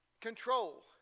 Control